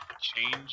change